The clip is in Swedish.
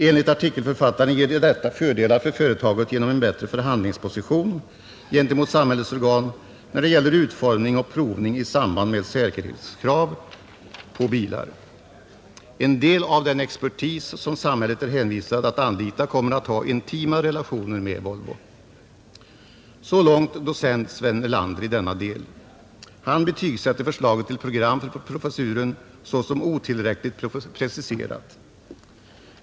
Enligt artikelförfattaren ger detta fördelar för företaget genom en bättre förhandlingsposition gentemot samhällets organ när det gäller utformning och provning i samband med säkerhetskrav på bilar. En del av den expertis som samhället är hänvisad att anlita kommer att ha intima relationer med Volvo. Så långt docent Sven Erlander i denna del. Han betygsätter förslaget till program för professuren som otillräckligt preciserat.